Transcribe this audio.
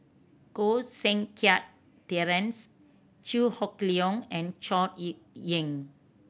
Koh Seng Kiat Terence Chew Hock Leong and Chor Yeok Eng